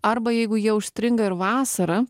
arba jeigu jie užstringa ir vasarą